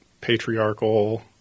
patriarchal